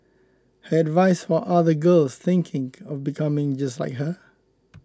her advice for other girls thinking of becoming just like her